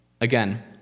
Again